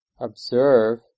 observe